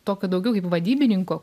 tokio daugiau kaip vadybininko